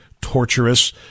torturous